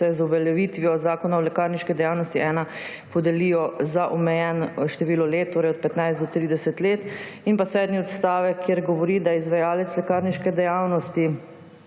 čas, z uveljavitvijo Zakona o lekarniški dejavnosti 1 podelijo za omejeno število let, torej od 15 do 30 let, in sedmi odstavek, ki govori, da se izvajalec lekarniške dejavnosti,